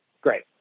great